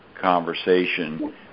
conversation